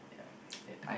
yeah it's that